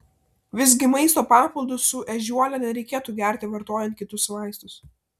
visgi maisto papildus su ežiuole nereikėtų gerti vartojant kitus vaistus